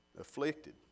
Afflicted